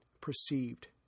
perceived